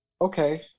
okay